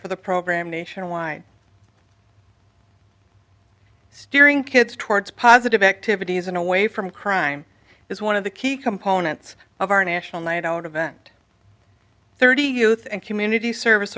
for the program nationwide steering kids towards positive activities and away from crime is one of the key components of our national night out of event thirty youth and community service